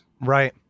Right